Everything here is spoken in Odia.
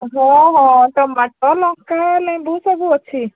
ହଁ ହଁ ଟମାଟୋ ଲଙ୍କା ଲେମ୍ବୁ ସବୁ ଅଛି